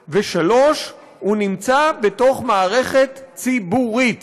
3. הוא נמצא בתוך מערכת ציבורית